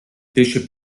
pesce